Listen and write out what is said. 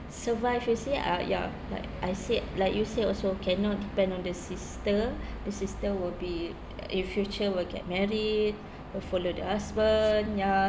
survive you see ah ya like I said like you said also cannot depend on the sister the sister will be in future will get married will follow the husband ya